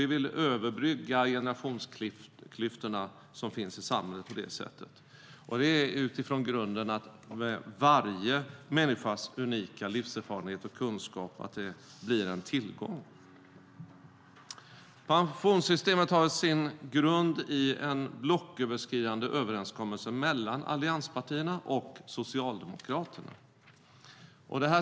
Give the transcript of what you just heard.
Vi vill på det sättet överbrygga generationsklyftorna som finns i samhället. Det är utifrån grundsatsen att varje människas unika livserfarenhet och kunskap blir en tillgång. Pensionssystemet har sin grund i en blocköverskridande överenskommelse mellan allianspartierna och Socialdemokraterna.